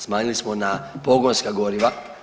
Smanjili smo na pogonska goriva.